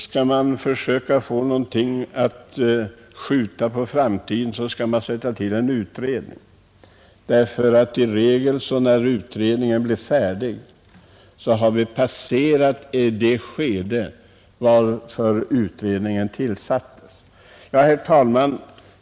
Skall man försöka skjuta något på framtiden, skall man sätta till en utredning, ty när utredningen blir färdig råder i regel inte längre det tillstånd som föranledde dess tillsättande. Herr talman!